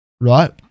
right